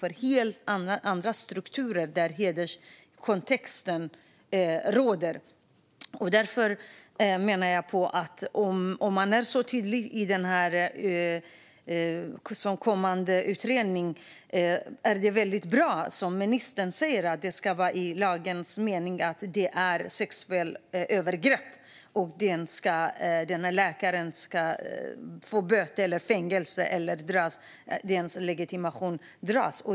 Det finns helt andra strukturer där hederskontexten råder. Det är väldigt bra om man är tydlig i den kommande utredningen. Som ministern säger ska det ses som sexuella övergrepp i lagens mening. Läkaren ska få böter, fängelse eller indragen legitimation.